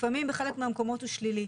לפעמים בחלק מהמקומות הוא שלילי.